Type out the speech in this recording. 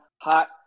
hot